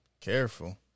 Careful